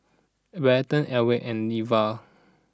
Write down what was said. Barton Ely and Neva